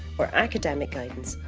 or academic guidance,